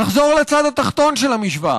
נחזור לצד התחתון של המשוואה.